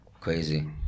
crazy